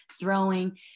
throwing